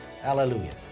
hallelujah